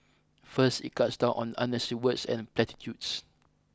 first it cuts down on unnecessary words and platitudes